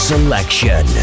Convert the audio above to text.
Selection